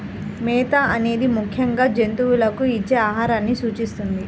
మేత అనేది ముఖ్యంగా జంతువులకు ఇచ్చే ఆహారాన్ని సూచిస్తుంది